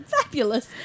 fabulous